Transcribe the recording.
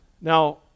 Now